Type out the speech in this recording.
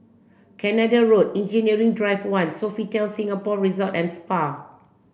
Canada Road Engineering Drive one Sofitel Singapore Resort and Spa